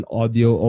audio